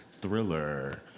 thriller